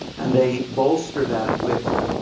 and they bolster that with